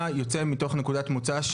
אתה יוצא מתוך נקודת מוצא,